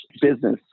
business